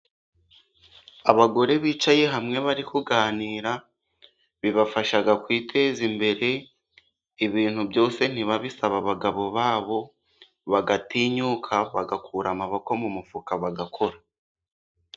Abagore bicaye hamwe bari kuganira, bibafasha kwiteza imbere ibintu byose ntibabisabe abagabo babo, bagatinyuka bagakura amaboko mu mufuka bagakora.